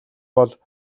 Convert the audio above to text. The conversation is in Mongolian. бол